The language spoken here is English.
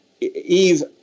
Eve